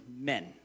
men